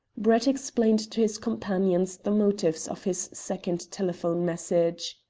brett explained to his companions the motives of his second telephonic message.